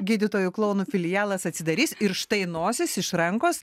gydytojų klounų filialas atsidarys ir štai nosis iš rankos